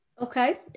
Okay